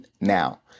now